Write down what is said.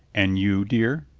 and you, dear?